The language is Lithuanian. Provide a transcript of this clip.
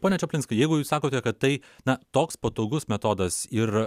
pone čaplinskai jeigu jūs sakote kad tai na toks patogus metodas ir